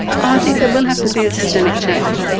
i think there will have to be a systemic change,